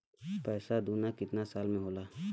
पैसा दूना कितना साल मे होला?